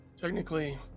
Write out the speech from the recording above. Technically